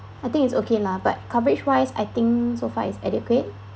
I think is okay lah but coverage wise I think so far is adequate